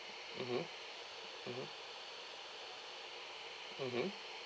mmhmm mmhmm mmhmm